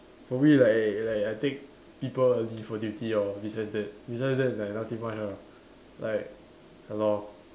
probably like like I take people early for duty lor besides that besides that like nothing much ah like ya lor